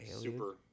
super